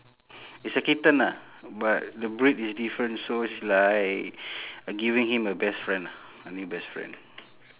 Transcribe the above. it's a kitten ah but the breed is different so it's like giving him a best friend ah a new best friend